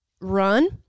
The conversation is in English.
run